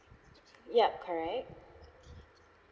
yup correct